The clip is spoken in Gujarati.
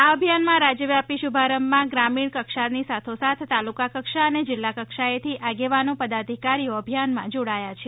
આ અભિયાનાનાં રાજ્યવ્યાપી શુભારંભમાં ગ્રામીણ કક્ષાની સાથોસાથ તાલુકા કક્ષા અને જિલ્લા કક્ષાએથી આગેવાનો પદાધીકરીઓ અભિયાનમાં જોડાયા છે